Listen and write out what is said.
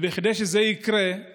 כדי שזה יקרה,